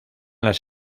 las